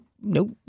nope